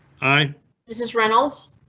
hi this is reynolds.